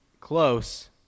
Close